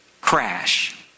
crash